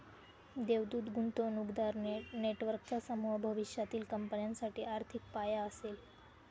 देवदूत गुंतवणूकदार नेटवर्कचा समूह भविष्यातील कंपन्यांसाठी आर्थिक पाया असेल